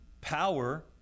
power